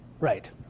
Right